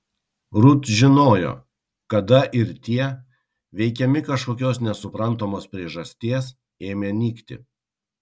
rut žinojo kada ir tie veikiami kažkokios nesuprantamos priežasties ėmė nykti